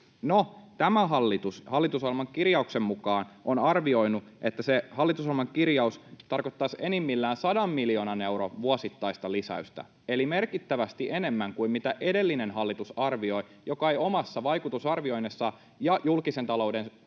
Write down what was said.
tämä hallitus hallitusohjelman kirjauksen mukaan on arvioinut, että se hallitusohjelman kirjaus tarkoittaisi enimmillään 100 miljoonan euron vuosittaista lisäystä, eli merkittävästi enemmän kuin arvioi edellinen hallitus, joka ei omissa vaikutusarvioinneissaan ja julkisen talouden